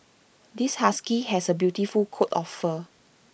this husky has A beautiful coat of fur